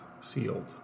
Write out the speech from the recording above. sealed